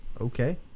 Okay